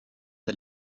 der